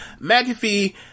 McAfee